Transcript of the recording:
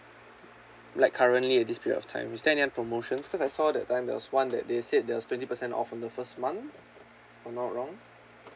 like currently at this period of time is there any other promotions cause I saw that time there was one that they said there was twenty percent off on the first month if I'm not wrong